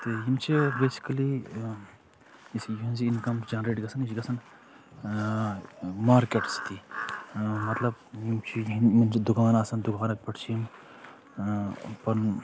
تہٕ یِم چھِ بیسِکلی یۄس یِہٕنٛز اِنکَم جَنریٹ گَژھان یہِ چھِ گژھان مارکیٹ سۭتی مطلب یِم چھِ یِمَن چھِ دُکان آسَان دُکانو پٮ۪ٹھ چھِ یِم